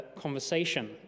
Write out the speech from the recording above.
conversation